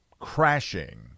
crashing